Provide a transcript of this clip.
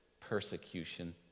persecution